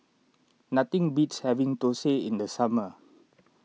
nothing beats having Thosai in the summer